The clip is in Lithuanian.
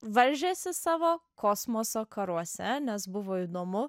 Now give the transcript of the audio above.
varžėsi savo kosmoso karuose nes buvo įdomu